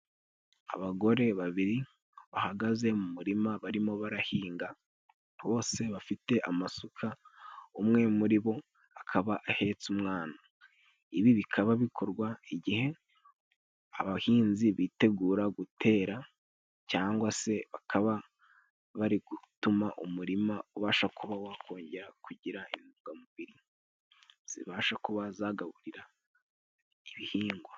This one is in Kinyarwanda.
Abagore babiri bahagaze mu murima barimo barahinga, bose bafite amasuka umwe muri bo akaba ahetse umwana. Ibi bikaba bikorwa igihe abahinzi bitegura gutera cyangwa se bakaba bari gutuma umurima ubasha kuba wakongera kugira intungamubiri zibasha kuba zagaburira ibihingwa.